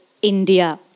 India